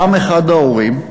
קם אחד ההורים השכולים,